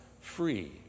free